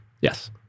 Yes